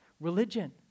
religion